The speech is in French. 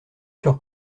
sur